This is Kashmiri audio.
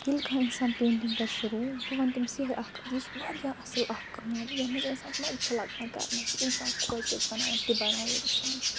ییٚلہِ کانٛہہ انسان پینٹِنگ کرِ شروع بہٕ وَنہٕ تٔمِس یِہوٚے اَکھ یہِ چھِ واریاہ اکھ اصٕل کٲم یَتھ منٛز اِنسانس مَزٕ چھُ لگان کرنس یہِ انسانس خۄش گژھِ باوُن تہِ بناوِ انسان